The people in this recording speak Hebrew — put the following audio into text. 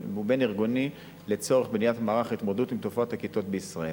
ובין-ארגוני לצורך בניית מערך התמודדות עם תופעת הכתות בישראל.